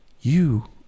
You